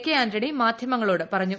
K Antony മാധ്യമങ്ങളോട് പറഞ്ഞു